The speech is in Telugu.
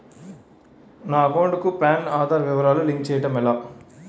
నా అకౌంట్ కు పాన్, ఆధార్ వివరాలు లింక్ చేయటం ఎలా?